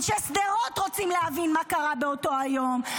אנשי שדרות רוצים להבין מה קרה באותו היום,